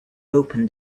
open